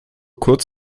kurz